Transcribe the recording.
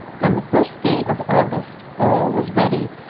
on the first day of august, all was ready,